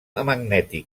magnètic